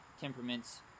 temperaments